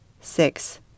six